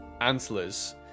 antlers